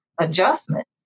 adjustment